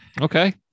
Okay